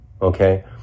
Okay